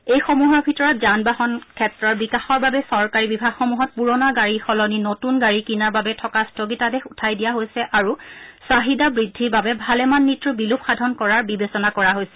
এইসমূহৰ ভিতৰত যান বাহন ক্ষেত্ৰৰ বিকাশৰ বাবে চৰকাৰী বিভাগসমূহত পূৰণা গাড়ীৰ সলনি নতুন গাড়ী কিনাৰ বাবে থকা স্থগিতাদেশ উঠাই দিয়া হৈছে আৰু চাহিদা বৃদ্ধিৰ বাবে ভালেমান নীতিৰ বিলোপ সাধন কৰাৰ বিবেচনা কৰা হৈছে